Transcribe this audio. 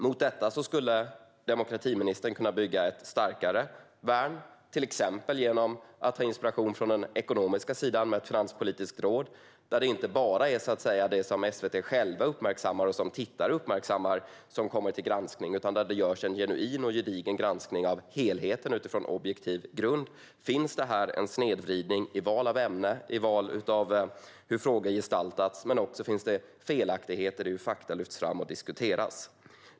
Mot detta skulle demokratiministern kunna bygga ett starkare värn, till exempel genom att ta inspiration från den ekonomiska sidan där man har ett finanspolitiskt råd. I en sådan motsvarighet skulle det inte bara vara det som SVT själva och tittare uppmärksammar som kommer till granskning, utan där skulle det göras en genuin och gedigen granskning av helheten utifrån objektiv grund: Finns det här en snedvridning i val av ämne och i val av hur frågor gestaltas? Och finns det felaktigheter i hur fakta lyfts fram och diskuteras?